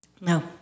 No